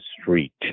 street